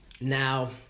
Now